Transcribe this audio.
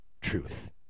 truth